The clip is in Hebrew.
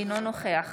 אינו נוכח